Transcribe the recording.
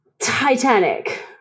Titanic